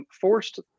forced